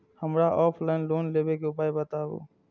हमरा offline loan लेबे के उपाय बतबु?